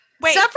Wait